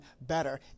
better